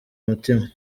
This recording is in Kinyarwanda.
mutima